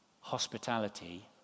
Hospitality